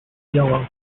yellow